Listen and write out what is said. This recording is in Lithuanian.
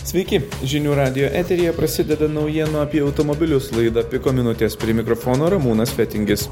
sveiki žinių radijo eteryje prasideda naujienų apie automobilius laida piko minutės prie mikrofono ramūnas fetingis